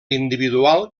individual